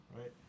right